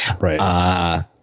Right